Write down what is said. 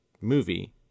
movie